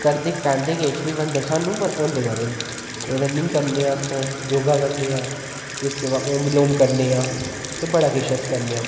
करदे करांदे किश नी बंदर सानू पर होंंदे बड़े न रनिंग करने अस योगा करने आं इसके बाद ओम बिलोम करने आं ते बड़ा किश अस करने आं